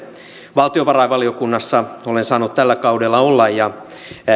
valtiovarainvaliokunnassa olen saanut tällä kaudella olla ja